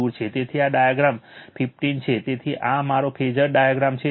તેથી આ ડાયાગ્રામ 15 છે તેથી આ મારો ફેઝર ડાયાગ્રામ છે